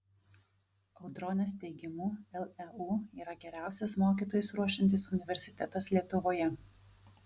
audronės teigimu leu yra geriausias mokytojus ruošiantis universitetas lietuvoje